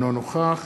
אינו נוכח